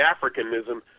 Africanism